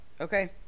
Okay